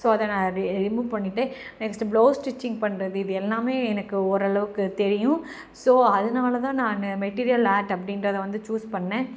so அதை நான் ரி ரிமூவ் பண்ணிட்டேன் நெக்ஸ்ட்டு ப்ளவுஸ் ஸ்டிச்சிங் பண்ணுறது இது எல்லாமே எனக்கு ஓரளவுக்கு தெரியும் ஸோ அதனாலதான் நான் மெட்டீரியல் ஆர்ட் அப்படின்றத வந்து சூஸ் பண்ணேன்